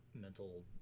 mental